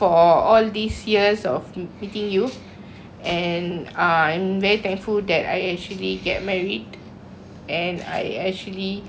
and I'm very thankful that I actually get married and I actually uh know